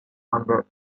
under